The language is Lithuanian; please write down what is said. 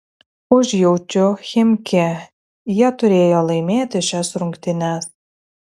užjaučiu chimki jie turėjo laimėti šias rungtynes